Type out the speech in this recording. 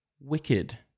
Wicked